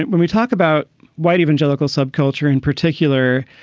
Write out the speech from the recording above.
it when we talk about white evangelical subculture in particular,